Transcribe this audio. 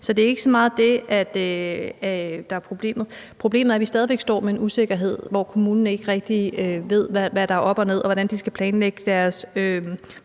Så det er ikke så meget det, der er problemet. Problemet er, at vi stadig væk står med en usikkerhed, hvor kommunen ikke rigtig ved, hvad der er op og ned, og hvordan de skal planlægge deres